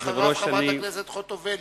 אחריו, חבר הכנסת טלב אלסאנע,